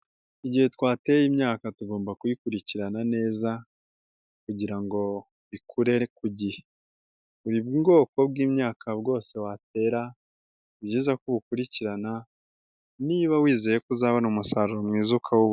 Igihe twateye imyaka tugomba kuyikurikirana neza kugirango ikure ku gihe. Buri bwoko bwimyaka bwose watera ni byiza ko ukurikirana niba wizeye ko uzabona umusaruro mwiza ukawubona.